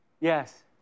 Yes